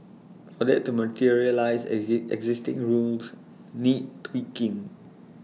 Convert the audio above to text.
for that to materialise existing rules need tweaking